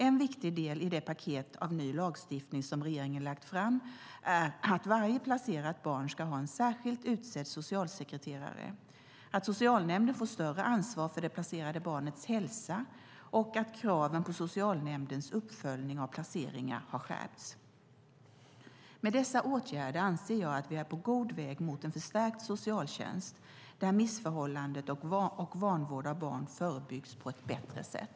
En viktig del i det paket av ny lagstiftning som regeringen lagt fram är att varje placerat barn ska ha en särskilt utsedd socialsekreterare, att socialnämnden har fått större ansvar för det placerade barnets hälsa och att kraven på socialnämndens uppföljning av placeringar har skärpts. Med dessa åtgärder anser jag att vi är på god väg mot en förstärkt socialtjänst där missförhållanden och vanvård av barn förebyggs på ett bättre sätt.